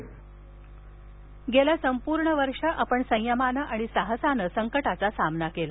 मन की बात गेलं संपूर्ण वर्ष आपण संयमानं आणि साहसानं संकटाचा सामना केला